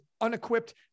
unequipped